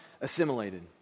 assimilated